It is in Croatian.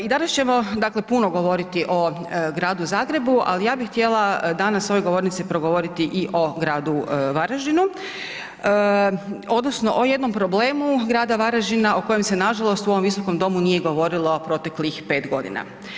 I danas ćemo dakle, puno govoriti o gradu Zagrebu, ali ja bih htjela danas s ove govornice progovoriti i o gradu Varaždinu, odnosno o jednom problemu grada Varaždinu o kojem se nažalost u ovom Visokom domu nije govorilo proteklih 5 godina.